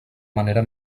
manera